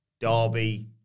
derby